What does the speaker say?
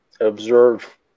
observe